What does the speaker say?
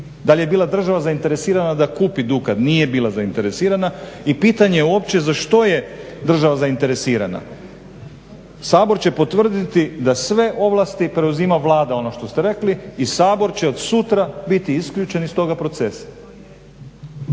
Da li je država zainteresirana da kupi Dukat? Nije bila zainteresirana i pitanje je uopće za što je država zainteresirana. Sabor će potvrditi da sve ovlasti preuzima Vlada ono što ste rekli i Sabor će od sutra biti isključen iz toga procesa.